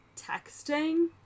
texting